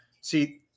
see